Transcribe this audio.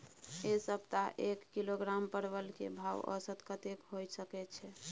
ऐ सप्ताह एक किलोग्राम परवल के भाव औसत कतेक होय सके छै?